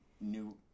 new